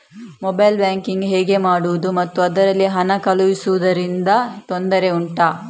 mobile banking ಹೇಗೆ ಮಾಡುವುದು ಮತ್ತು ಅದರಲ್ಲಿ ಹಣ ಕಳುಹಿಸೂದರಿಂದ ತೊಂದರೆ ಉಂಟಾ